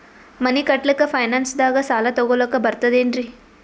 ಮನಿ ಕಟ್ಲಕ್ಕ ಫೈನಾನ್ಸ್ ದಾಗ ಸಾಲ ತೊಗೊಲಕ ಬರ್ತದೇನ್ರಿ?